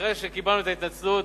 אחרי שקיבלנו את ההתנצלות,